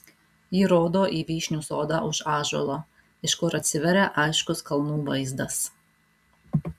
ji rodo į vyšnių sodą už ąžuolo iš kur atsiveria aiškus kalnų vaizdas